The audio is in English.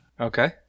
Okay